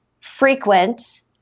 frequent